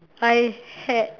I had